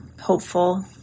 hopeful